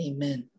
Amen